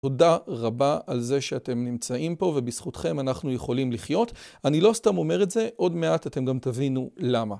תודה רבה על זה שאתם נמצאים פה, ובזכותכם אנחנו יכולים לחיות. אני לא סתם אומר את זה, עוד מעט אתם גם תבינו למה.